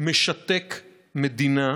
משתק מדינה,